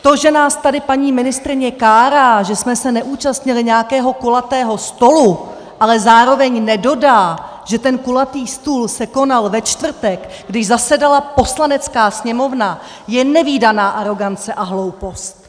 To, že nás tady paní ministryně kárá, že jsme se neúčastnili nějakého kulatého stolu, ale zároveň nedodá, že ten kulatý stůl se konal ve čtvrtek, když zasedala Poslanecká sněmovna, je nevídaná arogance a hloupost!